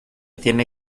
tiene